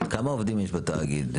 כמה עובדים יש בתאגיד?